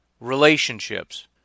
relationships